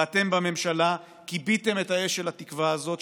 ואתם בממשלה כיביתם את האש של התקווה הזאת,